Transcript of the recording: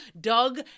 Doug